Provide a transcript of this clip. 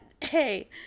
hey